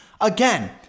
again